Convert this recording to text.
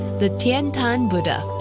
the tian tan buddha.